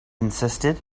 insisted